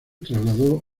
trasladó